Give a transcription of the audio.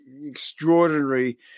extraordinary